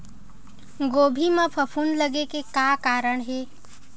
गोभी म फफूंद लगे के का कारण हे?